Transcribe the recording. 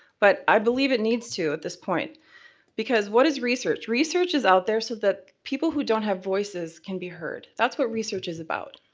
but i believe it needs to at this point because what is research? research is out there so that people who don't have voices can be heard. that's what research is about.